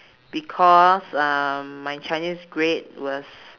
because um my chinese grade was